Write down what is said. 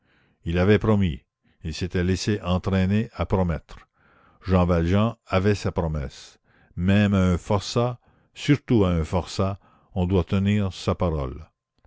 il avait promis il s'était laissé entraîner à promettre jean valjean avait sa promesse même à un forçat surtout à un forçat on doit tenir sa parole